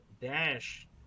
dash